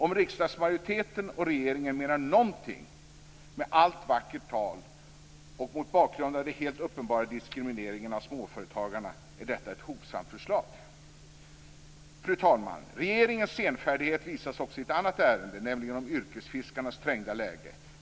Om riksdagsmajoriteten och regeringen menar någonting med allt vackert tal, och mot bakgrund av den helt uppenbara diskrimineringen av småföretagare, är detta ett hovsamt förslag. Fru talman! Regeringens senfärdighet visas också i ett annat ärende, nämligen yrkesfiskarnas trängda läge.